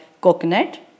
coconut